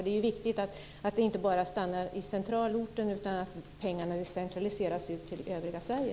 Det är viktigt att pengarna inte bara stannar i centralorten, utan att de decentraliseras ut till övriga Sverige.